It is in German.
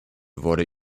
wurde